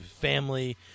family